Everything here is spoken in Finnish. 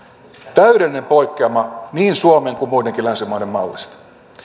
täydellinen poikkeama niin suomen kuin muidenkin länsimaiden mallista